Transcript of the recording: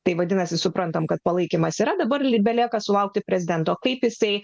tai vadinasi suprantame kad palaikymas yra dabar lyg belieka sulaukti prezidento kaip jisai